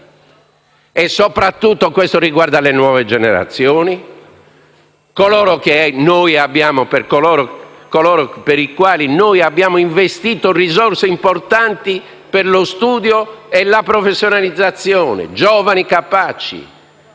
soprattutto le nuove generazioni, coloro per i quali abbiamo investito risorse importanti per lo studio e la professionalizzazione; giovani capaci